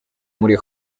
murió